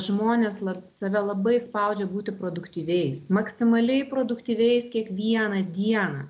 žmonės lab save labai spaudžia būti produktyviais maksimaliai produktyviais kiekvieną dieną